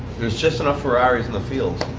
there's just enough ferraris in the field.